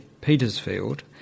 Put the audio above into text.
Petersfield